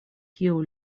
kiu